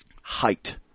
height